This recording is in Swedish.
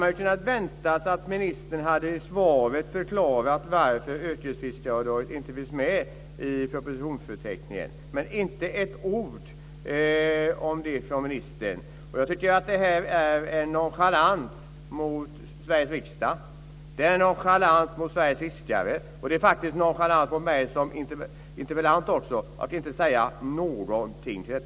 Man hade kunnat vänta sig att ministern i svaret hade förklarat varför yrkesfiskaravdraget inte finns med i propositionsförteckningen, men jag får inte höra ett ord om det från ministern. Jag tycker att det är en nonchalans mot Sveriges riksdag, mot Sveriges fiskare och faktiskt också mot mig som interpellant att inte säga någonting om detta.